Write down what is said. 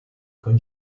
con